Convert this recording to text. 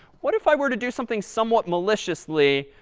what if i were to do something somewhat maliciously,